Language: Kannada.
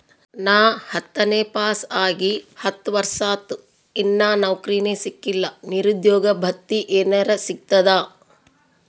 ನಾ ಹತ್ತನೇ ಪಾಸ್ ಆಗಿ ಹತ್ತ ವರ್ಸಾತು, ಇನ್ನಾ ನೌಕ್ರಿನೆ ಸಿಕಿಲ್ಲ, ನಿರುದ್ಯೋಗ ಭತ್ತಿ ಎನೆರೆ ಸಿಗ್ತದಾ?